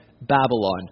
Babylon